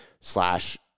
slash